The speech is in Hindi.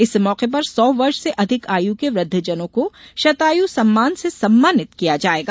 इस मौके पर सौ वर्ष से अधिक आयु के वृद्वजनों को शतायु सम्मान से सम्मानित किया जाएगा